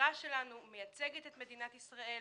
שגרירה שלנו מייצגת את מדינת ישראל,